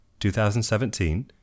2017